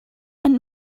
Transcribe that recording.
and